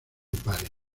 pares